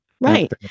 Right